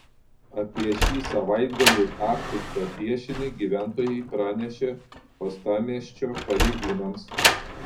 apie šį savaitgalį aptiktą piešinį gyventojai pranešė uostamiesčio pareigūnams